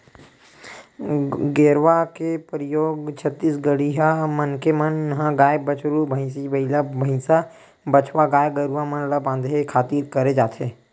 गेरवा के परियोग छत्तीसगढ़िया मनखे मन ह गाय, बछरू, भंइसी, बइला, भइसा, बछवा गाय गरुवा मन ल बांधे खातिर करे जाथे